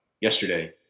yesterday